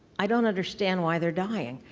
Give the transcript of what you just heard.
i don't understand why they're dying,